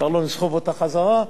כבר לא נסחב אותה חזרה.